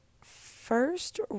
first